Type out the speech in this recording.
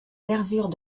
nervures